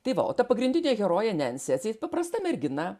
tai va o ta pagrindinė herojė nencė atseit paprasta mergina